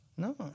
No